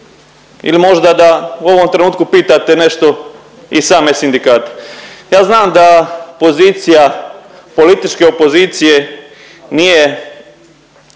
ili možda da u ovom trenutku pitate nešto i same sindikate. Ja znam da pozicija političke opozicije nije